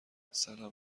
سلام